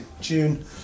June